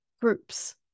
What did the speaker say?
groups